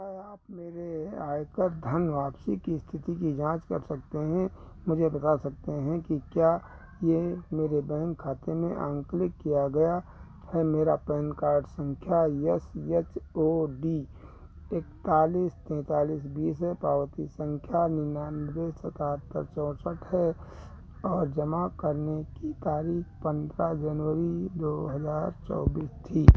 क्या आप मेरे आयकर धन वापसी की इस्थिति की जाँच कर सकते हैं मुझे बता सकते हैं कि क्या यह मेरे बैंक खाते में आकलित किया गया है मेरी पैन कार्ड सँख्या एस एस ओ डी एकतालिस तेँतालिस बीस है पावती सँख्या निन्यानवे सतहत्तर चौँसठ है और जमा करने की तारीख़ पन्द्रह जनवरी दो हज़ार चौबीस थी